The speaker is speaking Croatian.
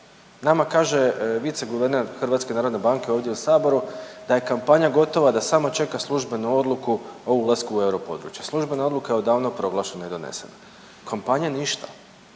Nama kaže viceguverner HNB-a ovdje u saboru da je kampanja gotova da samo čeka službenu odluku o ulasku u europodručje, službena odluka je odavno proglašena i donesena, od kampanje ništa.